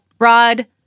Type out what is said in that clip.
Rod